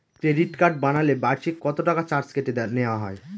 Credit card বানালে বার্ষিক কত টাকা চার্জ কেটে নেওয়া হবে?